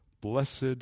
Blessed